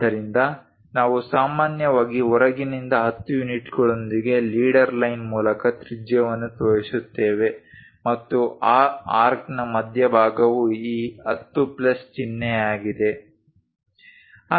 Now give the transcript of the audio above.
ಆದ್ದರಿಂದ ನಾವು ಸಾಮಾನ್ಯವಾಗಿ ಹೊರಗಿನಿಂದ 10 ಯೂನಿಟ್ಗಳೊಂದಿಗೆ ಲೀಡರ್ ಲೈನ್ ಮೂಲಕ ತ್ರಿಜ್ಯವನ್ನು ತೋರಿಸುತ್ತೇವೆ ಮತ್ತು ಆ ಆರ್ಕ್ನ ಮಧ್ಯಭಾಗವು ಈ 10 ಪ್ಲಸ್ ಚಿಹ್ನೆಯಾಗಿದೆ